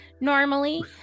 normally